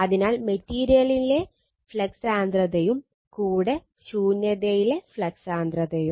അതിനാൽ മെറ്റീരിയലിലെ ഫ്ലക്സ് സാന്ദ്രതയും കൂടെ ശൂന്യതയിലെ ഫ്ലക്സ് സാന്ദ്രതയും